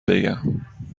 بگم